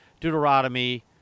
Deuteronomy